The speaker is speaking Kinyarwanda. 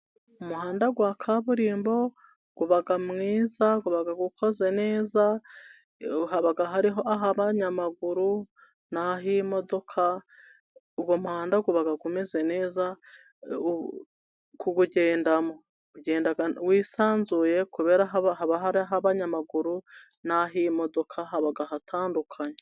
Umuhanda wa kaburimbo uba mwiza, uba ukoze neza, haba hariho ah'abanyamaguru n'ahimodoka. Uwo muhanda uba umeze neza kuwugendamo. Ugenda wisanzuye, kubera ko haba hari ah'abanyamaguru n'ah'imodoka, haba hatandukanye.